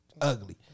ugly